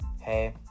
hey